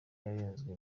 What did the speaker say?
yarezwe